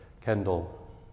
Kendall